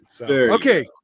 okay